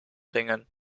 bringen